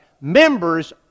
Members